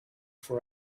for